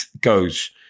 goes